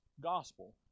gospel